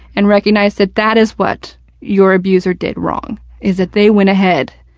and recognize that that is what your abuser did wrong. is that they went ahead,